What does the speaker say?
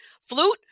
Flute